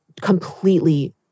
completely